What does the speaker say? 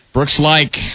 Brooks-like